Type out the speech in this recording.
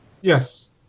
Yes